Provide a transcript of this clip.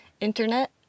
internet